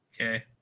Okay